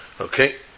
Okay